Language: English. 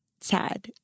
sad